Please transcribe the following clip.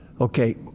Okay